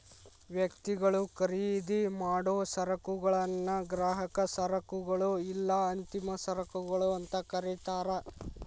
ವ್ಯಕ್ತಿಗಳು ಖರೇದಿಮಾಡೊ ಸರಕುಗಳನ್ನ ಗ್ರಾಹಕ ಸರಕುಗಳು ಇಲ್ಲಾ ಅಂತಿಮ ಸರಕುಗಳು ಅಂತ ಕರಿತಾರ